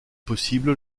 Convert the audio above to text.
possible